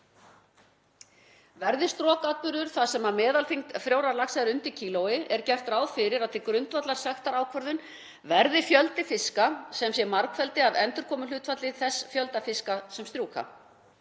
Verði strokatburður þar sem meðalþyngd frjórra laxa er undir 1 kg., er gert ráð fyrir að til grundvallar sektarákvörðun verði fjöldi fiska sem sé margfeldi af endurkomuhlutfalli þess fjölda fiska sem strjúka.